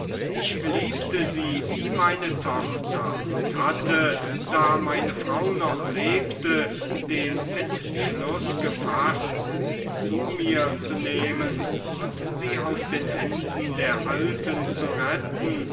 ich liebte sie wie meine tochter und hatte da meine frau noch lebte den entschluß gefaßt sie zu mir zu nehmen und sie aus den händen des alten zu retten